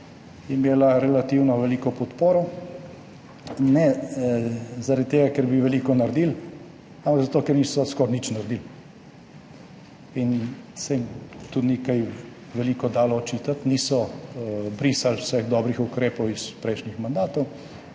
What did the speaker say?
imela relativno veliko podporo. Ne zaradi tega, ker bi veliko naredili, ampak zato, ker niso skoraj nič naredili in se jim tudi ni kaj veliko dalo očitati. Niso brisali vseh dobrih ukrepov iz prejšnjih mandatov,